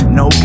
no